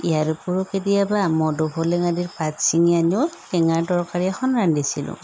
ইয়াৰোপৰি কেতিয়াবা মধুসোলেং আদিৰ পাত ছিঙি আনিও টেঙাৰ তৰকাৰী এখন ৰান্ধিছিলোঁ